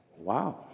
Wow